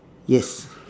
yes